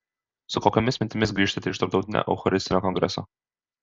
su kokiomis mintimis grįžtate iš tarptautinio eucharistinio kongreso